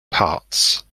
parts